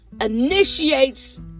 initiates